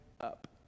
up